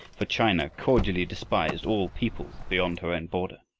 for china cordially despised all peoples beyond her own border,